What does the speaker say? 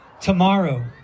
tomorrow